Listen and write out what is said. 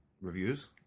reviews